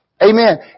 Amen